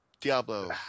Diablo